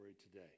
today